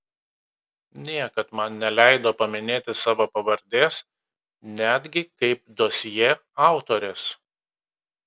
niekad man neleido paminėti savo pavardės netgi kaip dosjė autorės